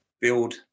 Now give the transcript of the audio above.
build